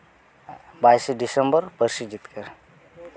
ᱵᱟᱭᱤᱥᱮ ᱰᱤᱥᱮᱢᱵᱚᱨ ᱯᱟᱹᱨᱥᱤ ᱡᱤᱛᱠᱟᱹᱨ